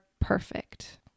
perfect